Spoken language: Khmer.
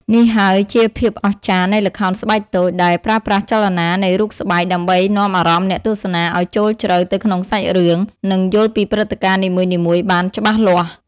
នេះហើយជាភាពអស្ចារ្យនៃល្ខោនស្បែកតូច ដែលប្រើប្រាស់ចលនានៃរូបស្បែកដើម្បីនាំអារម្មណ៍អ្នកទស្សនាឲ្យចូលជ្រៅទៅក្នុងសាច់រឿង និងយល់ពីព្រឹត្តិការណ៍នីមួយៗបានច្បាស់លាស់។